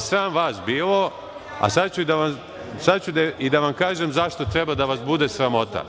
sram vas bilo. Sada ću da vam kažem i zašto treba da vas bude sramota.